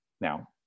now